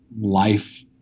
life